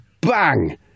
bang